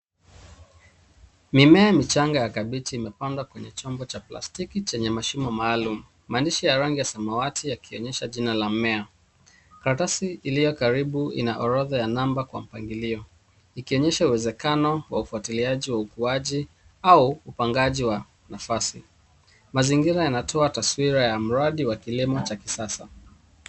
Mimea michanga ya kabichi imepandwa kwenye chombo cha plastiki chenye mashimo maalum. Maandishi ya rangi ya samawati yakionyesha jina la mmea. Karatasi iliyo karibu ina orodha ya namba kwa mpangilio, ikionyesha uwezekano wa ufuatiliaji wa ukuaji au upangaji wa nafasi. Mazingira yanatoa taswira ya mradi wa kilimo cha kisasa.